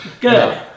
Good